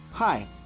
Hi